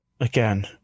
again